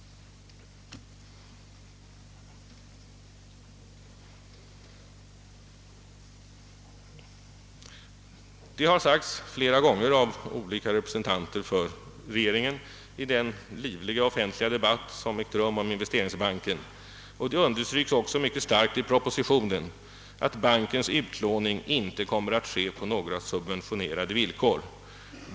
Det har sagts flera gånger av olika representanter för regeringen i den livliga debatt som ägt rum om investeringsbanken och det understryks kraftigt i propositionen att bankens utlåning inte kommer att ske på några sub ventionerade villkor.